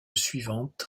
suivante